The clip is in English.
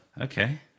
Okay